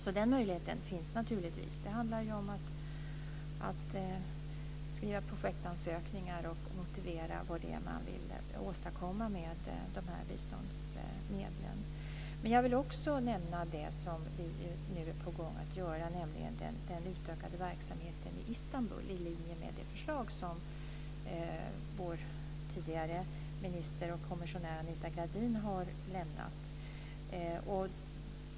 Så den möjligheten finns naturligtvis. Det handlar ju om att skriva projektansökningar och motivera vad det är man vill åstadkomma med dessa biståndsmedel. Jag vill också nämna det som vi nu är på gång att göra, nämligen den utökade verksamheten i Istanbul, i linje med det förslag som vår tidigare minister och kommissionär Anita Gradin har lämnat.